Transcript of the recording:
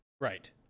Right